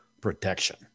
protection